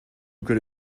could